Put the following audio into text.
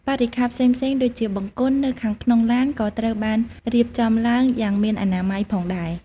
បរិក្ខារផ្សេងៗដូចជាបង្គន់នៅខាងក្នុងឡានក៏ត្រូវបានរៀបចំឡើងយ៉ាងមានអនាម័យផងដែរ។